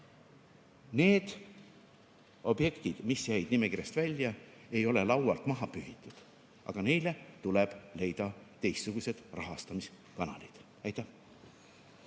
need objektid, mis jäid nimekirjast välja, ei ole laualt maha pühitud, vaid neile tuleb leida teistsugused rahastamiskanalid. Ma